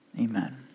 Amen